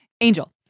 Angel